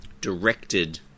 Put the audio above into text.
directed